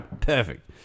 perfect